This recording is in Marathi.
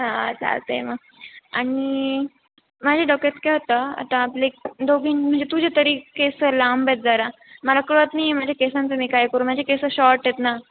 हां चालतेय मग आणि माझी डोक्यात काय होतं आता आपलं एक दोघी म्हणजे तुझे तरी केस लांब आहेत जरा मला कळत नाही माझ्या केसांचं काय करू माझे केसं शॉर्ट आहेत ना